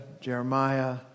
Jeremiah